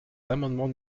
l’amendement